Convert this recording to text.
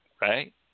Right